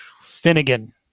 Finnegan